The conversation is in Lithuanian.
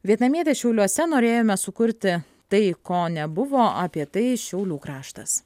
vietnamietė šiauliuose norėjome sukurti tai ko nebuvo apie tai šiaulių kraštas